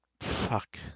fuck